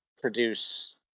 produce